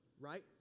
right